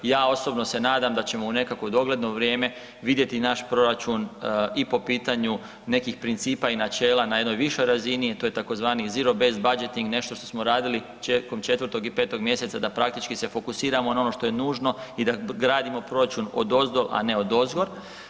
Ja osobno se nadam da ćemo u nekakvo dogledno vrijeme vidjeti naš proračun i po pitanju nekih principa i načela na jednoj višoj razini, a to je tzv, zero bez bezetting, nešto što smo radili početkom 4. i 5. mjeseca da praktički se fokusiramo na ono što je nužno i da gradimo proračun odozdo, a ne odozgor.